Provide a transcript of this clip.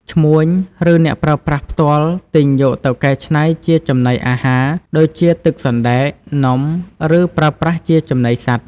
ឈ្មួញ ឬអ្នកប្រើប្រាស់ផ្ទាល់ទិញយកទៅកែច្នៃជាចំណីអាហារ ដូចជាទឹកសណ្ដែក នំ ឬប្រើប្រាស់ជាចំណីសត្វ។